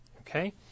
Okay